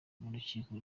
n’urukiko